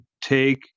take